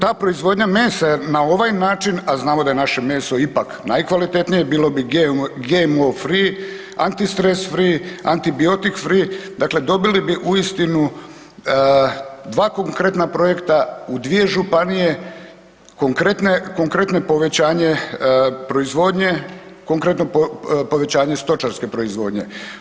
Ta proizvodnja mesa na ovaj način, a znamo da je naše meso ipak najkvalitetnije, bilo bi GMO free, antistres free, antibiotik free, dakle dobili bi uistinu dva konkretna projekta u dvije županije, konkretne, konkretne povećanje proizvodnje, konkretno povećanje stočarske proizvodnje.